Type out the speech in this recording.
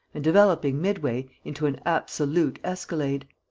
and developing, mid-way, into an absolute escalade.